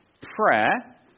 prayer